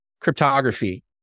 cryptography